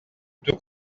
tout